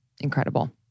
incredible